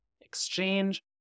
exchange